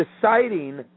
deciding